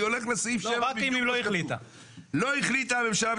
לא החליטה הממשלה,